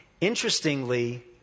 Interestingly